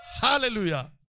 Hallelujah